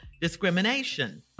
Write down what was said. discrimination